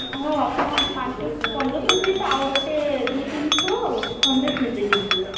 ହଉ ଆପଣ ପାଞ୍ଚ ପନ୍ଦରଶହ ସହିତ ଆଉ ଗୋଟେ ଦୁଇ ତିନିଶହ ସନ୍ଦେଶ ମିଶେଇ ଦିଅନ୍ତୁ